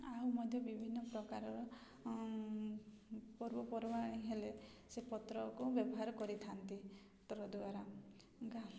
ଆଉ ମଧ୍ୟ ବିଭିନ୍ନ ପ୍ରକାରର ପର୍ବପର୍ବାଣି ହେଲେ ସେ ପତ୍ରକୁ ବ୍ୟବହାର କରିଥାନ୍ତି ପତ୍ର ଦ୍ୱାରା